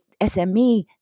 SME